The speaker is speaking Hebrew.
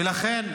ולכן,